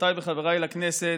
חברותי וחבריי לכנסת,